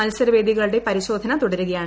മത്സര വേദികളുടെ പരിശോധന തുടരുകയാണ്